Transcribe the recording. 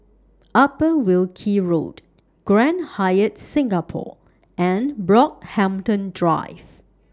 Upper Wilkie Road Grand Hyatt Singapore and Brockhampton Drive